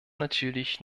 natürlich